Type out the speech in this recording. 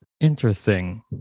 Interesting